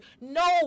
No